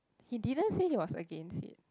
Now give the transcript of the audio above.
he didn't say he was against it